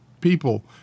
people